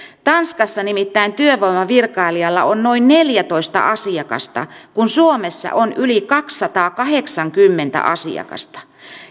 tanskassa nimittäin työvoimavirkailijalla on noin neljätoista asiakasta kun suomessa on yli kaksisataakahdeksankymmentä asiakasta